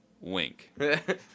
Wink